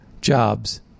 jobs